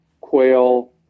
quail